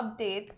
updates